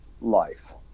life